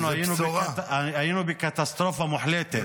אנחנו היינו בקטסטרופה מוחלטת.